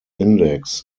index